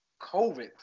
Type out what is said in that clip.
COVID